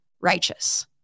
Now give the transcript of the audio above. righteous